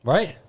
Right